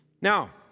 Now